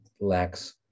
lacks